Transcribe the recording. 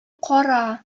кара